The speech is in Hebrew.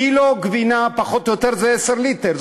קילו גבינה פחות או יותר זה 10 ליטר,